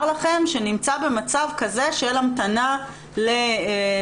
לכם ושנמצא במצב כזה של המתנה לבקשת